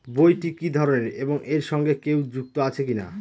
বইটি কি ধরনের এবং এর সঙ্গে কেউ যুক্ত আছে কিনা?